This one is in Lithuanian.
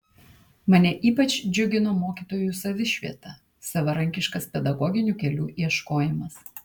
mane ypač džiugino mokytojų savišvieta savarankiškas pedagoginių kelių ieškojimas